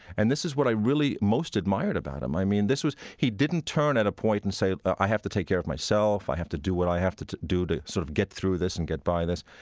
and this is what i really most admired about him. i mean, this was he didn't turn at a point and say, i have to take care of myself. i have to do what i have to to do to sort of get through this and get by this,